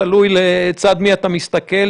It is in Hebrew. תלוי לצד מי אתה מסתכל,